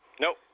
Nope